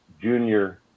Junior